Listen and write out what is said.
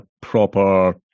proper